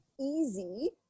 easy